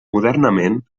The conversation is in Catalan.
modernament